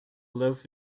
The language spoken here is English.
loaf